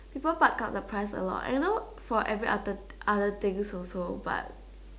people buck up the price a lot and you know for every other other things also but